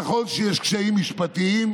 נכון שיש קשיים משפטיים,